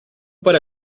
para